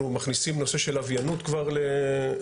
אנחנו מכניסים נושא של לוויאנות כבר לכבאות,